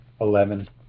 Eleven